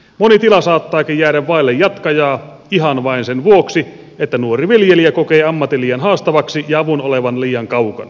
moni tila saattaakin jäädä vaille jatkajaa ihan vain sen vuoksi että nuori viljelijä kokee ammatin liian haastavaksi ja avun olevan liian kaukana